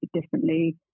differently